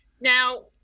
Now